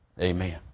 amen